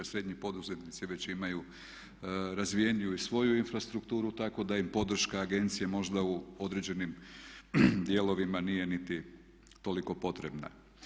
Srednji poduzetnici već imaju razvijeniju i svoju infrastrukturu tako da im podrška agencije možda u određenim dijelovima nije niti toliko potrebna.